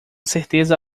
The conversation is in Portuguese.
certeza